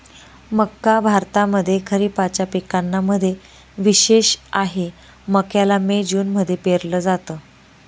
मक्का भारतामध्ये खरिपाच्या पिकांना मध्ये विशेष आहे, मक्याला मे जून मध्ये पेरल जात